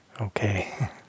Okay